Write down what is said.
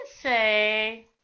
say